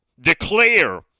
declare